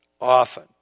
often